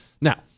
Now